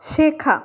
শেখা